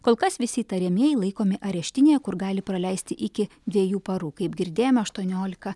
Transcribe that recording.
kol kas visi įtariamieji laikomi areštinėje kur gali praleisti iki dviejų parų kaip girdėjome aštuoniolika